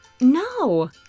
No